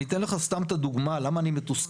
אני אתן לך סתם את הדוגמה למה אני מתוסכל,